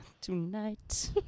Tonight